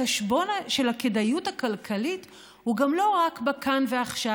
החשבון של הכדאיות הכלכלית הוא גם לא רק בכאן ועכשיו